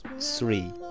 three